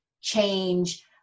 change